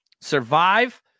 survive